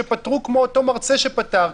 שפתרו כמו אותו מרצה שפתר,